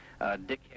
dickhead